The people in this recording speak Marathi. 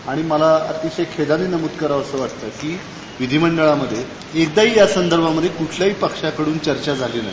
आणि मला अतिशय खेदानं नमूद करावसं वाटतं की विधिमंडळामध्ये एकदाही यासंदर्भामध्ये कुठल्याही पक्षाकडून चर्चा झालेली नाही